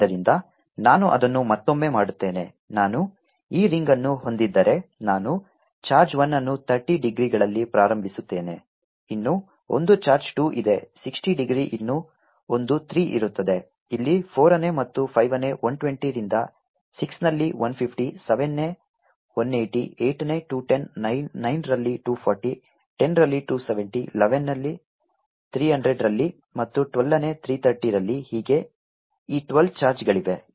ಆದ್ದರಿಂದ ನಾನು ಅದನ್ನು ಮತ್ತೊಮ್ಮೆ ಮಾಡುತ್ತೇನೆ ನಾನು ಈ ರಿಂಗ್ಅನ್ನು ಹೊಂದಿದ್ದರೆ ನಾನು ಚಾರ್ಜ್ 1 ಅನ್ನು 30 ಡಿಗ್ರಿಗಳಲ್ಲಿ ಪ್ರಾರಂಭಿಸುತ್ತೇನೆ ಇನ್ನೂ ಒಂದು ಚಾರ್ಜ್ 2 ಇದೆ 60 ಡಿಗ್ರಿ ಇನ್ನೂ ಒಂದು 3 ಇರುತ್ತದೆ ಇಲ್ಲಿ 4ನೇ ಮತ್ತು 5 ನೇ 120 ರಿಂದ 6 ನಲ್ಲಿ 150 7 ನೇ 180 8ನೇ 210 9ರಲ್ಲಿ 240 10ರಲ್ಲಿ 270 11ನೇ 300ರಲ್ಲಿ ಮತ್ತು 12ನೇ 330ರಲ್ಲಿ ಹೀಗೆ ಈ 12 ಚಾರ್ಜ್ಗಳಿವೆ